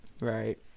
Right